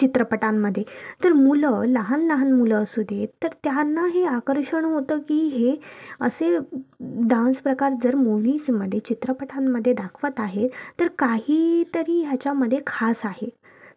चित्रपटांमध्ये तर मुलं लहान लहान मुलं असू देत तर त्यांना हे आकर्षण होतं की हे असे डान्सप्रकार जर मूव्हीजमध्ये किंवा चित्रपटांमध्ये दाखवत आहे तर काही तरी ह्याच्यामध्ये खास आहे